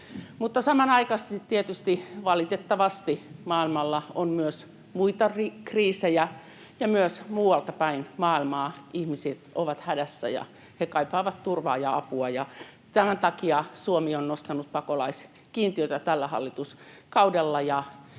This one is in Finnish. samanaikaisesti tietysti valitettavasti maailmalla on myös muita kriisejä, ja myös muuallapäin maailmaa ihmiset ovat hädässä, ja he kaipaavat turvaa ja apua. Tämän takia Suomi on nostanut pakolaiskiintiötä tällä hallituskaudella.